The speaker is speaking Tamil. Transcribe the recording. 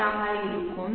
58 ஆக இருக்கும்